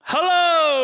Hello